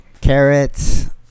carrots